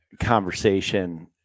conversation